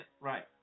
Right